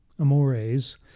Amores